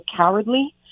cowardly